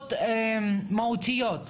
בהחלטות מהותיות.